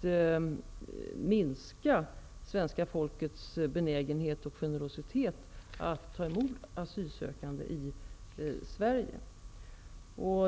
till att svenska folkets generositet och benägenhet när det gäller att ta emot asylsökande i Sverige minskar.